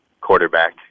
quarterback